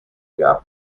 gap